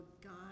God